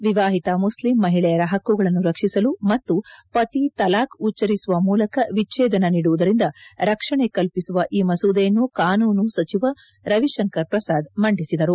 ವಿವಾಹಿತ Muslim ಮಹಿಳೆಯರ ಹಕ್ಕುಗಳನ್ನು ರಕ್ಷಿಸಲು ಮತ್ತು ಪತಿ ತಲಾಖ್ ಉಚ್ಚರಿಸುವ ಮೂಲಕ ವಿಚ್ಚೇದನ ನೀಡುವುದರಿಂದ ರಕ್ಷಣೆ ಕಲ್ಪಿಸುವ ಈ ಮಸೂದೆಯನ್ನು ಕಾನೂನು ಸಚಿವ ರವಿಶಂಕರ್ ಪ್ರಸಾದ್ ಮಂಡಿಸಿದರು